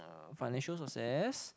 uh financial success